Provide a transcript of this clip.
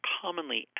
commonly